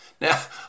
Now